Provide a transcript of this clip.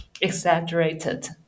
exaggerated